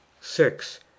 six